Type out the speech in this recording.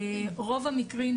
רוב המקרים,